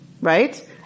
right